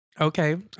okay